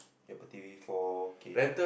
Apple T_V four K